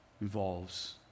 involves